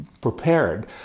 prepared